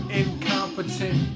incompetent